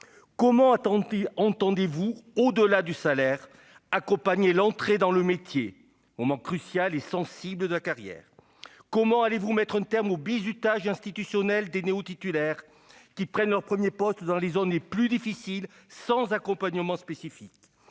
comment vous entendez, au-delà du salaire, accompagner l'entrée dans le métier des enseignants, moment crucial et sensible de leur carrière ! Comment allez-vous mettre un terme au bizutage institutionnel des néo-titulaires, qui prennent leur premier poste dans les zones les plus difficiles, sans accompagnement spécifique ?